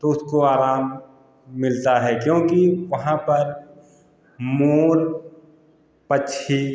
तो उसको आराम मिलता है क्योंकि वहाँ पर मोर पक्षी